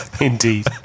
indeed